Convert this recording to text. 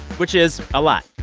which is a lot.